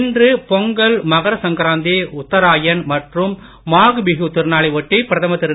இன்று பொங்கல் மகர சங்கராந்தி உத்தராயண் மற்றும் மாக் பிகு திருநாளை ஒட்டி பிரதமர் திரு